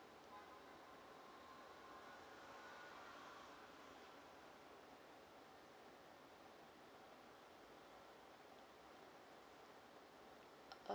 err